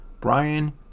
Brian